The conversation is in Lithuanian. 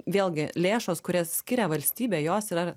vėlgi lėšos kurias skiria valstybė jos yra